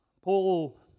Paul